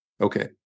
Okay